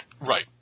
Right